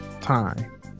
time